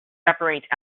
separate